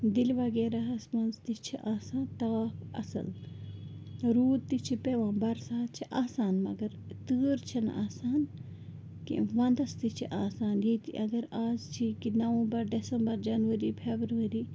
دِلہِ وغیرہَس منٛز تہِ چھِ آسان تاپھ اَصٕل روٗد تہِ چھِ پٮ۪وان بَرسات چھِ آسان مگر تۭر چھِنہٕ آسان کیٚنٛہہ وَندَس تہِ چھِ آسان ییٚتہِ اَگر آز چھِ یہِ کہِ نوَمبَر ڈٮ۪سَمبَر جٮ۪نؤری فٮ۪بَرؤری